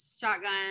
shotgun